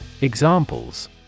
Examples